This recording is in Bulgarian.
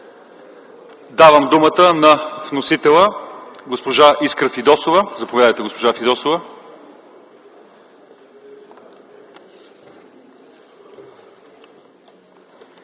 Давам думата на вносителя – госпожа Искра Фидосова. Заповядайте, госпожо Фидосова.